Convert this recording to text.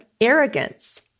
arrogance